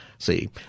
See